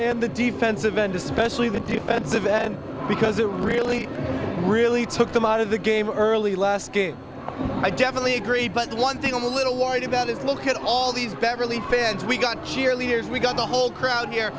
and the defensive end especially the defensive end because it really really took them out of the game early last game i definitely agree but the one thing i'm a little worried about is look at all these beverly fans we got cheerleaders we got the whole crowd here